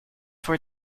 for